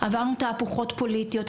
עברנו תהפוכות פוליטיות.